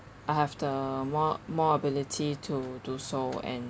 I have the more more ability to do so and